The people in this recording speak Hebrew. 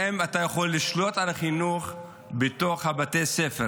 האם אתה יכול לשלוט על החינוך בתוך בתי הספר?